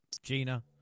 Gina